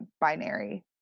binary